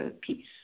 peace